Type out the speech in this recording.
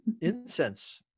incense